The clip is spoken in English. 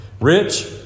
rich